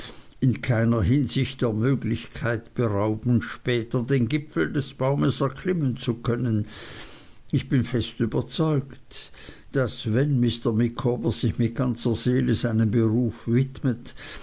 in keiner hinsicht der möglichkeit berauben später den gipfel des baumes erklimmen zu können ich bin fest überzeugt daß wenn mr micawber sich mit ganzer seele einem beruf widmet